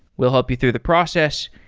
we'll help you through the process,